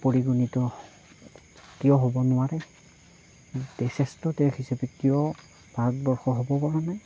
পৰিগণিত কিয় হ'ব নোৱাৰে শ্ৰেষ্ঠ দেশ হিচাপে কিয় ভাৰতবৰ্ষ হ'ব পৰা নাই